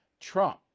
Trump